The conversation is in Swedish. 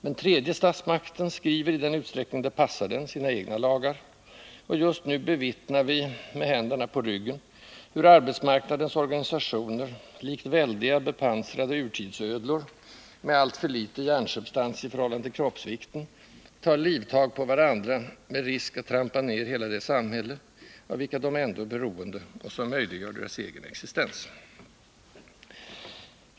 Men tredje statsmakten skriver i den utsträckning det passar den sina egna lagar, och just nu bevittnar vi, med händerna på ryggen, hur arbetsmarknadens organisationer likt väldiga bepansrade urtidsödlor med alltför litet hjärnsubstans i förhållande till kroppsvikten tar livtag på varandra med risk att trampa ner hela det samhälle, av vilket de ändå är beroende och som möjliggör deras egen existens.